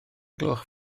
gloch